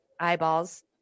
eyeballs